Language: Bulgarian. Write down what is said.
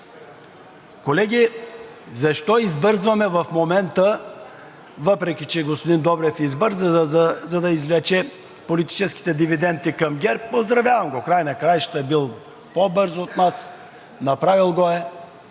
Колеги, защо избързваме в момента, въпреки че господин Добрев избърза, за да извлече политическите дивиденти към ГЕРБ. Поздравявам го – в края на краищата е бил по-бърз от нас, направил го е.